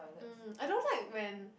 mm I don't like when